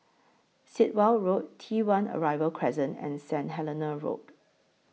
Sit Wah Road T one Arrival Crescent and Saint Helena Road